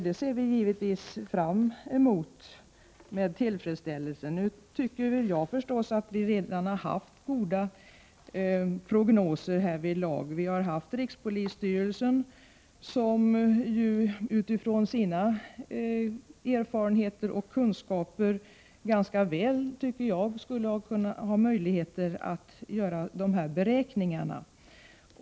Det ser vi givetvis med tillfredsställelse fram emot. Nu tycker jag att vi redan har haft goda prognoser härvidlag. Enligt min mening borde rikspolisstyrelsen, med tanke på sina erfarenheter och kunskaper, mycket väl kunna göra de här beräkningarna.